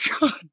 God